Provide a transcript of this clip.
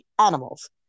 animals